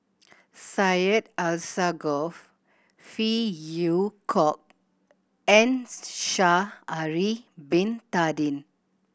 Syed Alsagoff Phey Yew Kok and Sha'ari Bin Tadin